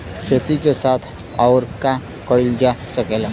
खेती के साथ अउर का कइल जा सकेला?